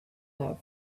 love